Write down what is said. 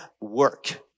work